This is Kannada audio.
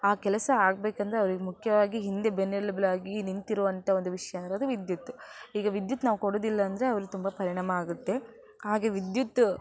ಆ ಕೆಲಸ ಆಗಬೇಕಂದ್ರೆ ಅವ್ರಿಗೆ ಮುಖ್ಯವಾಗಿ ಹಿಂದೆ ಬೆನ್ನೆಲುಬಾಗಿ ನಿಂತಿರುವಂತಹ ಒಂದು ವಿಷಯ ಅಂದರೆ ಅದು ವಿದ್ಯುತ್ ಈಗ ವಿದ್ಯುತ್ ನಾವು ಕೊಡುವುದಿಲ್ಲ ಅಂದರೆ ಅವ್ರಿಗೆ ತುಂಬ ಪರಿಣಾಮ ಆಗುತ್ತೆ ಹಾಗೇ ವಿದ್ಯುತ್